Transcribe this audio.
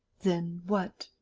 then, what.